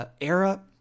era